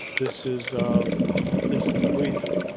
this is um just a brief,